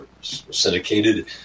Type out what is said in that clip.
syndicated